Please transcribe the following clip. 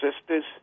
sisters